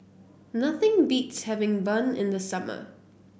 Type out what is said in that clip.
nothing beats having bun in the summer